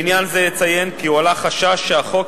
לעניין זה אציין כי הועלה חשש שהחוק,